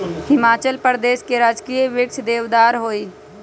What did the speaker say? हिमाचल प्रदेश के राजकीय वृक्ष देवदार हई